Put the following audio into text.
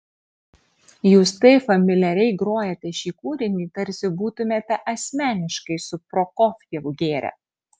jūs taip familiariai grojate šį kūrinį tarsi būtumėte asmeniškai su prokofjevu gėrę